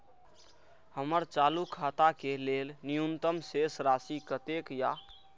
हमर चालू खाता के लेल न्यूनतम शेष राशि कतेक या?